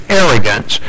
arrogance